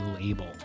label